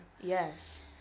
Yes